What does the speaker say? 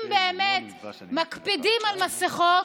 אם באמת מקפידים על מסכות,